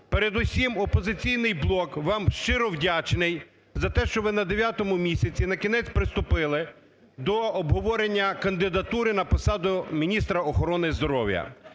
Передусім, "Опозиційний блок" вам щиро вдячний за те, що ви на дев'ятому місяці накінець приступили до обговорення кандидатури на посаду міністра охорони здоров'я.